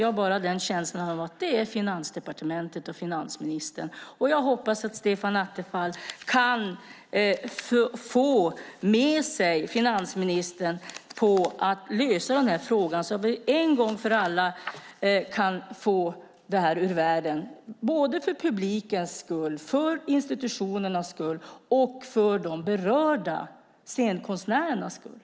Jag får känslan av att det är Finansdepartementet och finansministern som har bromsat lösningen. Jag hoppas att Stefan Attefall kan få med sig finansministern när det gäller att lösa den här frågan, så att vi en gång för alla kan få den ur världen, för publikens skull, för institutionernas skull och för de berörda scenkonstnärernas skull.